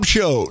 Show